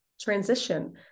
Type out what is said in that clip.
transition